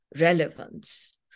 relevance